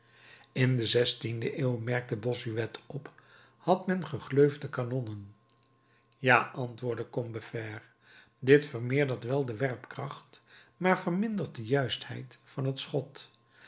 in de zestiende eeuw merkte bossuet op had men gegleufde kanonnen ja antwoordde combeferre dit vermeerdert wel de werpkracht maar vermindert de juistheid van het schot